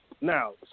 Now